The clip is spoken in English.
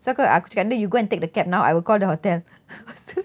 lepas tu aku cakap dengan dia you go and take the cab now I will call the hotel